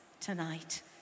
tonight